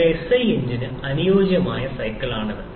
ഒരു എസ്ഐ എഞ്ചിന് അനുയോജ്യമായ സൈക്കിളാണിത്